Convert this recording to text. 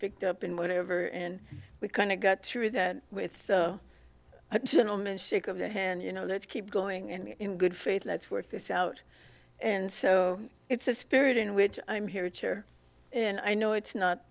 picked up and whatever and we kind of got through that with a gentleman shake of the hand you know let's keep going and in good faith let's work this out and so it's a spirit in which i'm here chair and i know it's not